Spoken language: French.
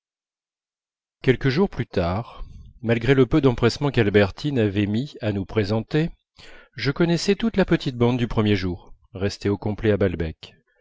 quelques jours plus tard malgré le peu d'empressement qu'albertine avait mis à nous présenter je connaissais toute la petite bande du premier jour restée au complet à balbec